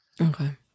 Okay